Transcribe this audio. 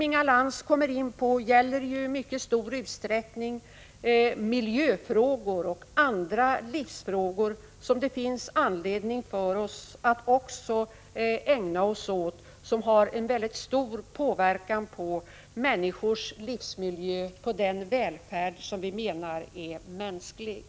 Inga Lantz kommer i mycket stor utsträckning in på miljöfrågor och andra livsfrågor, som det finns anledning för oss att också ägna oss åt och som har en mycket stor påverkan på människors livsmiljö, på den välfärd som vi anser är mänsklig.